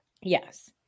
Yes